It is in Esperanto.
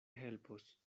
helpos